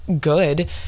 good